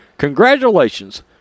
Congratulations